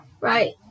Right